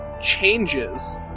changes